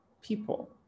people